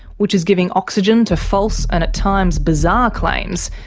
which is giving oxygen to false and at times bizarre claims,